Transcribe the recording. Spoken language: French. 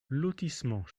lotissement